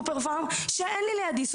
כמו לפני חמישים שנה.